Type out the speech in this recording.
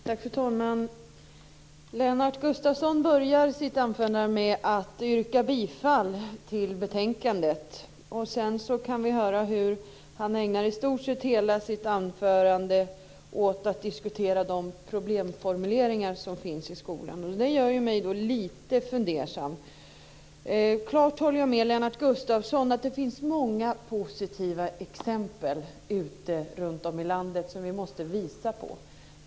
Fru talman! Lennart Gustavsson började sitt anförande med att yrka bifall till utskottets hemställan. Sedan ägnade han i stort sett hela sitt anförande åt att diskutera de problemformuleringar som finns i skolan. Det gör mig lite fundersam. Jag håller klart med Lennart Gustavsson om att det runtom i landet finns många positiva exempel som vi måste visa på.